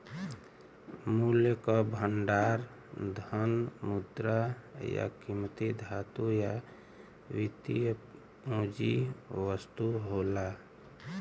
मूल्य क भंडार धन, मुद्रा, या कीमती धातु या वित्तीय पूंजी वस्तु होला